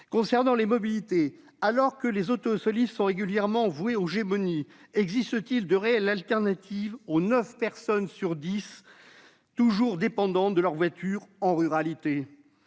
Concernant les mobilités, alors que les autosolistes sont régulièrement voués aux gémonies, existe-t-il de réelles alternatives quand neuf personnes sur dix sont toujours dépendantes de la voiture dans la ruralité ?